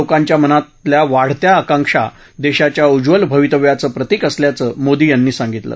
लोकांच्या मनातल्या वाढत्या आकांक्षा देशाच्या उज्वल भवितव्याचं प्रतिक असल्याचं मोदी यांनी सांगितलं